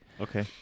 Okay